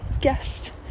guest